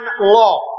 law